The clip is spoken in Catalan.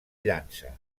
llança